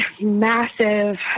massive